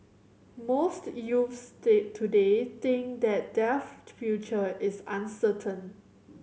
most youths day today think that their future is uncertain